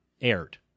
aired